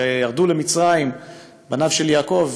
ירדו למצרים בניו של יעקב,